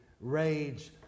rage